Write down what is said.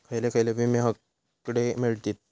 खयले खयले विमे हकडे मिळतीत?